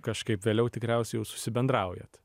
kažkaip vėliau tikriausiai jau susibendraujat